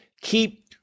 Keep